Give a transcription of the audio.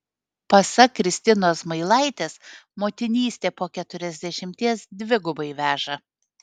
pasak kristinos zmailaitės motinystė po keturiasdešimties dvigubai veža